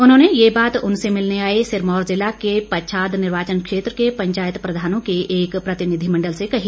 उन्होंने ये बात उनसे मिलने आए सिरमौर जिला के पच्छाद निर्वाचन क्षेत्र के पंचायत प्रधानों के एक प्रतिनिधिमंडल से कही